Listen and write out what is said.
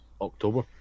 October